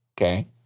Okay